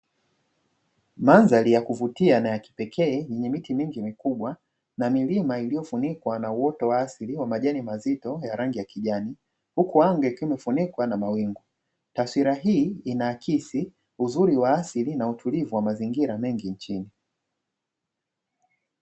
Mandhari yakuvutia na yakipekee yenye miti mingi mikubwa na milima iliyofunikwa na uoto wa asili wa majani mazito ya rangi ya kijani huku anga ikiwa imefunikwa na mawingu. Taswira hii inaakisi uzuri wa asili na utulivu wa mazingira mengi nchini.